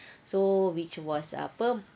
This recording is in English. so which was apa